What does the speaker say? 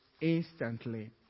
instantly